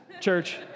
church